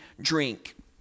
drink